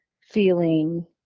feeling